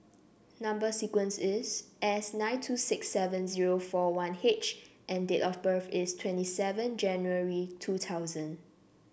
number sequence is S nine two six seven zero four one H and date of birth is twenty seven January two thousand